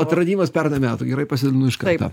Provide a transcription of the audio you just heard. atradimas pernai metų gerai pasidalinu iš karto